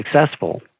successful